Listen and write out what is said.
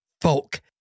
folk